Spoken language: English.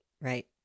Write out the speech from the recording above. Right